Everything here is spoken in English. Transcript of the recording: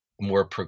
more